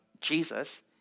Jesus